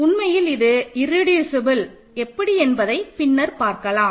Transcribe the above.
உண்மையில் இது இர்ரெடியூசபல் எப்படி என்பதை பின்னர் பார்க்கலாம்